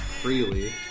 freely